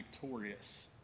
victorious